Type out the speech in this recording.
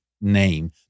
name